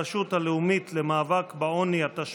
הוראות שונות לעניין תאגידים אזוריים),